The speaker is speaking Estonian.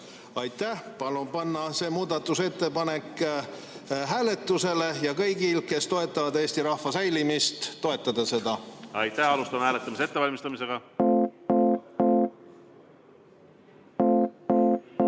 Aitäh! Palun panna see muudatusettepanek hääletusele ja kõigil, kes toetavad Eesti rahva säilimist, seda ka toetada. Aitäh! Alustame hääletamise ettevalmistamist.